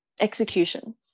execution